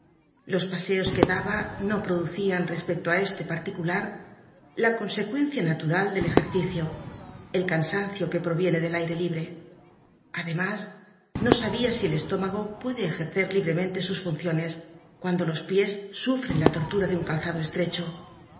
los paseos que daba no proclucian respecto ir eslc particul u la consecuencia natura l del ejercicio el cansancio quo proviene del aire libre además no sabia si el estómago puede ejercer libremente sus funciones cuando los pies sufren la tortura de un calzado estrecho